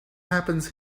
happens